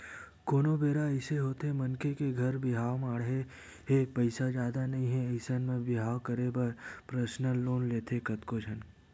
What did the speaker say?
कोनो बेरा अइसे होथे मनखे के घर बिहाव माड़हे हे पइसा जादा नइ हे अइसन म बिहाव करे बर परसनल लोन लेथे कतको झन